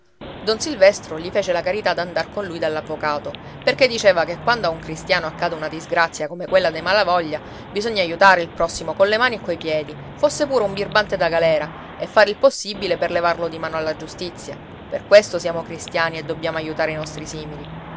don silvestro gli fece la carità d'andar con lui dall'avvocato perché diceva che quando a un cristiano accade una disgrazia come quella dei malavoglia bisogna aiutare il prossimo colle mani e coi piedi fosse pure un birbante da galera e fare il possibile per levarlo di mano alla giustizia per questo siamo cristiani e dobbiamo aiutare i nostri simili